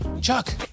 Chuck